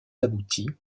aboutit